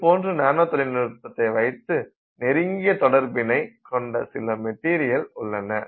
இதுபோன்று நானோ தொழில்நுட்பத்தை வைத்து நெருங்கிய தொடர்பினை கொண்ட சில மெட்டீரியல் உள்ளன